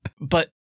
But-